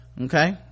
okay